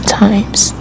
times